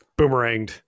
boomeranged